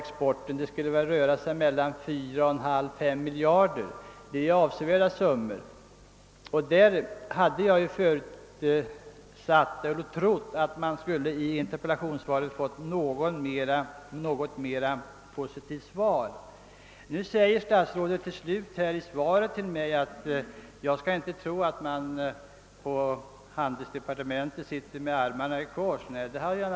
Det rör sig nog om en export på 4,5—5 miljarder kronor, och det är ju avsevärda summor. Jag hade trott att jag i interpellationssvaret skulle få ett något mera positivt besked. Nu framhöll statsrådet i slutet av sitt svar, att jag inte skall tro att man sitter med armarna i kors på handelsdepartementet.